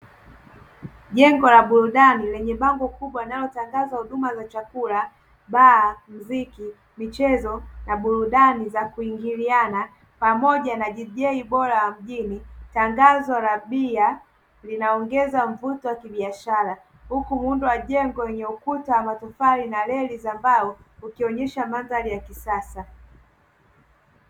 Jengo la burudani lenye bango kubwa linalotangaza huduma za chakula, baa mziki, michezo na burudani za kuingiliana pamoja na "DJ" bora wa mjini, tangazo la bia linaongeza mvuto wa kibiashara huku muundo wa jengo wenye ukuta wa matofali na reli za mbao ukionyesha mandhari ya kisasa.